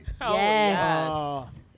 yes